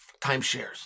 timeshares